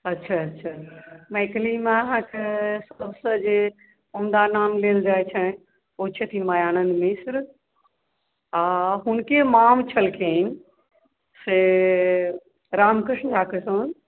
अच्छा अच्छा मैथलीमे जे सबसँ उम्दा नाम लेल जाइत छनि ओ छथिन मायानन्द मिश्र आ हुँनके मामा छलखिन से रामकृष्ण आ किशुन